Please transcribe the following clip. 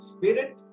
Spirit